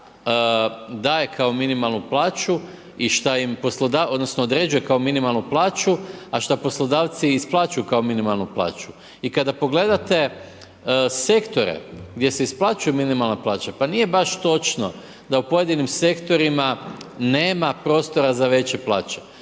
daje kao minimalnu plaću i što im, odnosno, određuje kao minimalnu plaću a što poslodavci isplaćuju kao minimalnu plaću. I kada pogledate sektore gdje se isplaćuje minimalna plaća, pa nije baš točno da u pojedinim sektorima nema prostora za veće plaće.